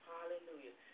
Hallelujah